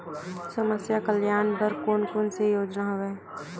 समस्या कल्याण बर कोन कोन से योजना हवय?